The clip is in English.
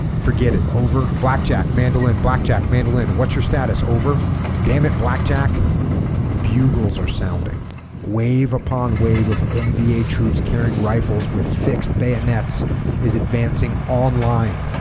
forget it over blackjack mandolin blackjack mandolin what's your status over damn it blackjack bugles are sounding wave upon wave of nva troops carrying rifles with fixed bayonets is advancing online